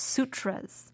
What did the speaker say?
Sutras